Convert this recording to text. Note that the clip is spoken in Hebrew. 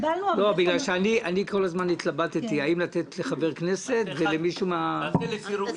בגלל שאני כל הזמן התלבטתי האם לתת לחבר כנסת או למישהו מהמשרדים.